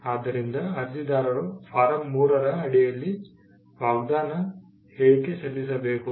ಆದ್ದರಿಂದ ಅರ್ಜಿದಾರರು ಫಾರ್ಮ್ 3 ರ ಅಡಿಯಲ್ಲಿ ವಾಗ್ದಾನ ಹೇಳಿಕೆ ಸಲ್ಲಿಸಬೇಕು